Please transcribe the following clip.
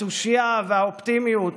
התושייה והאופטימיות,